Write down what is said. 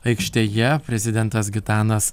aikštėje prezidentas gitanas